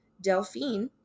Delphine